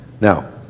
Now